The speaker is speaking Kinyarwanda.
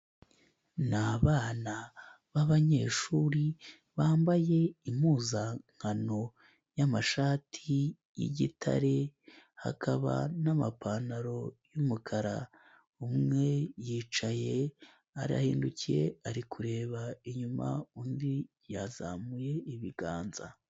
Ni abana b'abanyeshuri bambaye impuzankano y'amashati y'igitare ,hakaba n'amapantaro y'umukara ,umwe yicaye arahindukiye ari kureba inyuma undi yazamuye ibiganza.